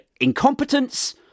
incompetence